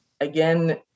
again